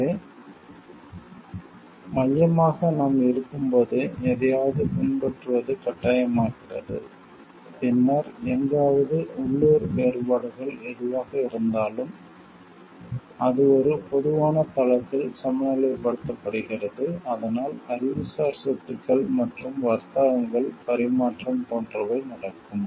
எனவே மையமாக நாம் இருக்கும்போது எதையாவது பின்பற்றுவது கட்டாயமாகிறது பின்னர் எங்காவது உள்ளூர் வேறுபாடுகள் எதுவாக இருந்தாலும் அது ஒரு பொதுவான தளத்தில் சமநிலைப்படுத்தப்படுகிறது அதனால் அறிவுசார் சொத்துக்கள் மற்றும் வர்த்தகங்கள் பரிமாற்றம் போன்றவை நடக்கும்